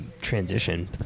transition